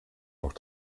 auch